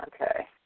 Okay